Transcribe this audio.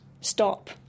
stop